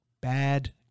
Bad